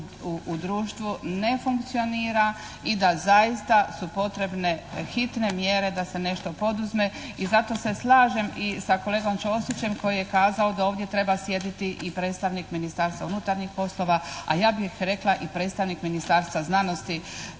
u društvu ne funkcionira i da zaista su potrebne hitne mjere da se nešto poduzme i zato se slažem i sa kolegom Ćosićem koji je kazao da ovdje treba sjediti i predstavnik Ministarstva unutarnjih poslova a ja bih rekla i predstavnik Ministarstva znanosti